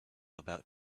about